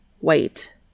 wait